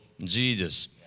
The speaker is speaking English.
Jesus